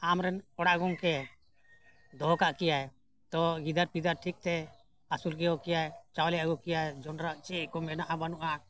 ᱟᱢᱨᱮᱱ ᱚᱲᱟᱜ ᱜᱚᱢᱠᱮ ᱫᱚᱦᱚ ᱠᱟᱜ ᱠᱮᱭᱟᱭ ᱛᱚ ᱜᱤᱫᱟᱹᱨ ᱯᱤᱫᱟᱹᱨ ᱴᱷᱤᱠᱛᱮ ᱟᱹᱥᱩᱞ ᱠᱟᱠᱚ ᱠᱮᱭᱟᱭ ᱪᱟᱣᱞᱮ ᱟᱹᱜᱩ ᱠᱮᱭᱟᱭ ᱡᱚᱸᱰᱨᱟ ᱪᱮᱫ ᱠᱚ ᱢᱮᱱᱟᱜᱼᱟ ᱵᱟᱹᱱᱩᱜᱼᱟ